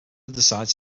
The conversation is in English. decides